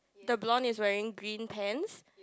the Blonde is wearing green pants